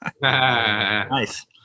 Nice